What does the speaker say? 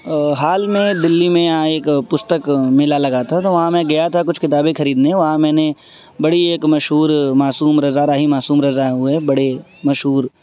حال میں دلی میں یہاں ایک پستک میلہ لگا تھا تو وہاں میں گیا تھا کچھ کتابیں خریدنے وہاں میں نے بڑی ایک مشہور معصوم رضا راہی معصوم رضا ہوئے بڑے مشہور